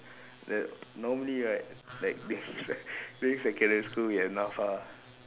that normally right like during secondary school you have Napfa